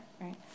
right